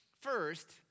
First